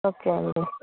okay అండి